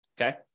Okay